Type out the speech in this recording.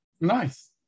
Nice